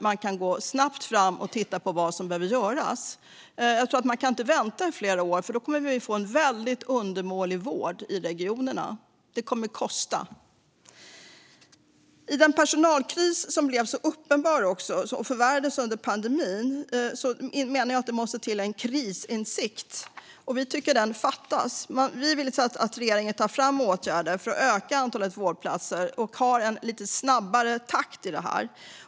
Man kan gå snabbt fram och titta på vad som behöver göras. Jag tror inte att man kan vänta i flera år, för då kommer vi att få en väldigt undermålig vård i regionerna. Det kommer att kosta. I den personalkris som blev så uppenbar och förvärrades under pandemin menar jag att det måste till en krisinsikt. Vi tycker att den fattas. Vi vill att regeringen tar fram åtgärder för att öka antalet vårdplatser och har en lite snabbare takt i detta.